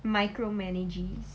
micromanaging